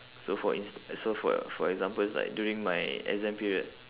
so for ins~ so for for example it's like during my exam period